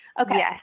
okay